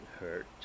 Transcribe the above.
hurt